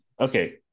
okay